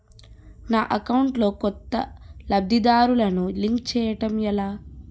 నా అకౌంట్ లో కొత్త లబ్ధిదారులను లింక్ చేయటం ఎలా?